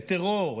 לטרור,